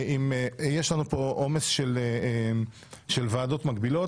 יש לנו פה עומס של ועדות מקבילות,